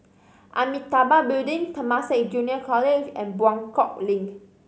Amitabha Building Temasek Junior College and Buangkok Link